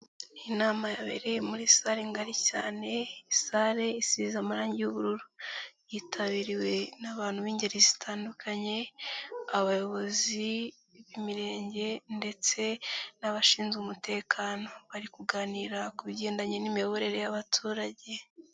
Inama yabereye muri sale ngari cyane, sale isize amarangi y'ubururu, yitabiriwe n'abantu b'ingeri zitandukanye abayobozi b'imirenge ndetse n'abashinzwe umutekano bari kuganira ku bigendanye n'imiyoborere y'abaturage.